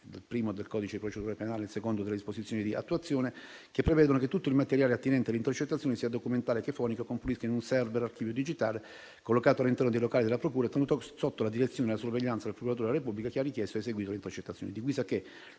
il primo del codice di procedura penale, il secondo delle disposizioni di attuazione - che prevedono che tutto il materiale attinente alle intercettazioni sia documentale che fonica confluisca in un *server* archivio digitale collocato all'interno dei locali della procura, tenuto sotto la direzione della sorveglianza del procuratore della Repubblica che ha richiesto ed eseguito le intercettazioni;